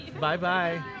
Bye-bye